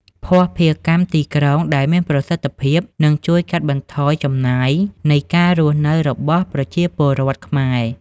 ភស្តុភារកម្មទីក្រុងដែលមានប្រសិទ្ធភាព នឹងជួយកាត់បន្ថយចំណាយនៃការរស់នៅរបស់ប្រជាពលរដ្ឋខ្មែរ។